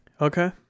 Okay